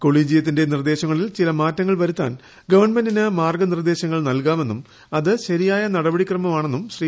കൊളീജിയത്തിന്റെ നിർദ്ദേശങ്ങളിൽ ചില മാറ്റങ്ങൾ വരുത്താൻ ഗവൺമെന്റിന് മാർഗ്ഗ നിർദ്ദേശങ്ങൾ നൽകാമെന്നും അത് ശരിയായ നടപടിക്രമമാണെന്നും ശ്രീ